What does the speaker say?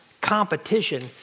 competition